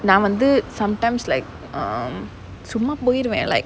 நான் வந்து:naan vanthu sometimes like um சும்மா போயுருவேன்:summa poiyuruvaen like